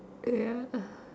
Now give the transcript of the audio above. ya